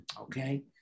okay